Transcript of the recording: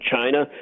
China